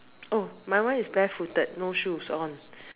oh my one is barefooted no shoes on